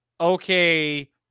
okay